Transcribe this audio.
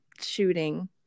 shooting